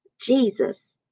jesus